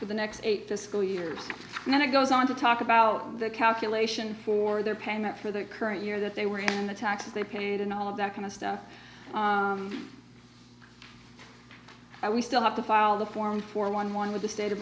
for the next eight the school years and then it goes on to talk about the calculation for their payment for the current year that they were in the taxes they paid and all of that kind of stuff and we still have to file the form for one morning with the state of